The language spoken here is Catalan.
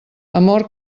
amor